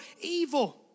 evil